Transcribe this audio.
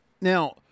Now